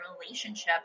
relationship